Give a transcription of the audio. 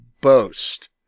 boast